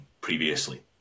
previously